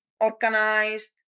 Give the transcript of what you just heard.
organized